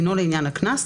דינו לעניין הקנס,